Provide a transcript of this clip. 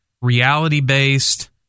reality-based